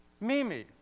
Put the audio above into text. Mimi